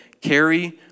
carry